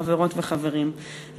חברות וחברים,